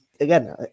again